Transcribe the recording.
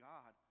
God